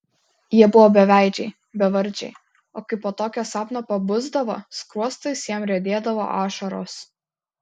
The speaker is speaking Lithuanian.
jie buvo beveidžiai bevardžiai o kai po tokio sapno pabusdavo skruostais jam riedėdavo ašaros